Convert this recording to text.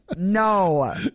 No